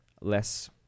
less